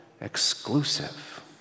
exclusive